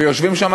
ויושבים שם,